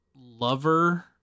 Lover